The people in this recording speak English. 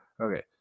okay